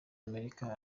amerika